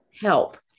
help